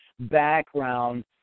Background